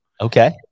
Okay